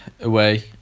away